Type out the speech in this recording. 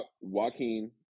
Joaquin